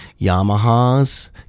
Yamaha's